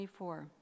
24